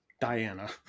Diana